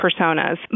personas